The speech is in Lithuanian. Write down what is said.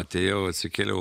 atėjau atsikėliau